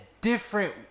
different